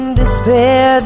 despair